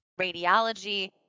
radiology